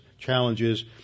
challenges